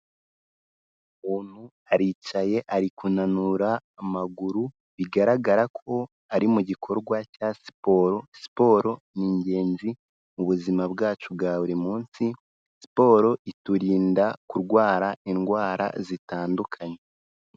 Umuntu aricaye ari kunanura amaguru bigaragara ko ari mu gikorwa cya siporo, siporo ni ingenzi mu buzima bwacu bwa buri munsi, siporo iturinda kurwara indwara zitandukanye.